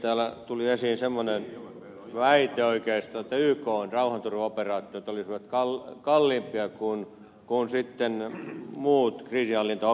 täällä tuli esiin semmoinen väite oikeisto ottey on rauhanturvaoperaatiota live call että ykn rauhanturvaoperaatiot olisivat kalliimpia kuin muut kriisinhallintaoperaatiot